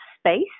space